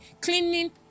cleaning